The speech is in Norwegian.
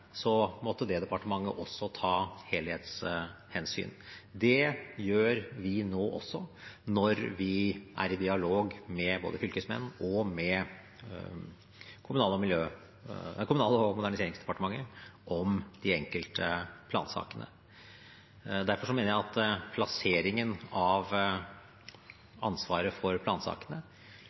måtte det departementet også ta helhetshensyn. Det gjør vi nå også når vi er i dialog med både fylkesmenn og Kommunal- og moderniseringsdepartementet om de enkelte plansakene. Derfor mener jeg at plasseringen av ansvaret for plansakene